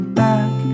back